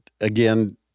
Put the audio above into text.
again